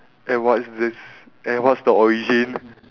and what is this and what's the origin